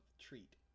treat